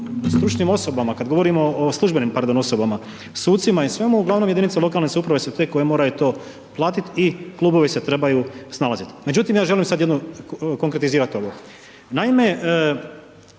stručnim osobama, kad govorimo o službenim pardon osobama, sucima i svemu uglavnom jedinice lokalne samouprave su te koje moraju to platit i klubovi se trebaju snalazit. Međutim, ja želim sad jednu, konkretizirat ovo, naime